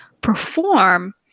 perform